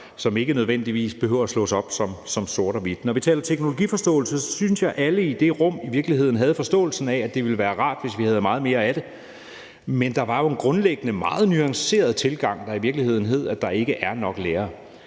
som ikke nødvendigvis behøver at slås op som sort og hvidt. Når vi taler teknologiforståelse, synes jeg, at alle i det rum i virkeligheden havde forståelsen af, at det ville være rart, hvis vi havde meget mere af det. Men der var jo grundlæggende en meget nuanceret tilgang, der i virkeligheden hed, at der ikke er nok lærere,